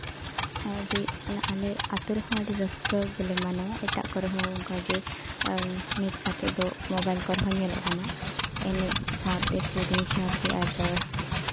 ᱟᱹᱰᱤ ᱟᱞᱮ ᱟᱹᱛᱩ ᱨᱮᱦᱚᱸ ᱟᱹᱰᱤ ᱨᱟᱹᱥᱠᱟᱹ ᱜᱮᱞᱮ ᱢᱟᱱᱟᱣᱟ ᱮᱴᱟᱜ ᱠᱚᱨᱮᱦᱚᱸ ᱱᱚᱝᱠᱟᱜᱮ ᱱᱤᱛ ᱠᱟᱛᱮᱫ ᱫᱚ ᱢᱳᱵᱟᱭᱤᱞ ᱠᱚᱨᱮ ᱦᱚᱸ ᱧᱮᱞᱚᱜ ᱠᱟᱱᱟ ᱮᱱᱮᱡ ᱥᱟᱶᱛᱮ ᱥᱮᱨᱮᱧ ᱥᱟᱶᱛᱮ ᱟᱨ